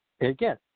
again